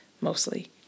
mostly